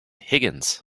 higgins